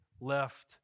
left